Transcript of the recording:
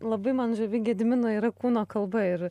labai man žavi gedimino yra kūno kalba ir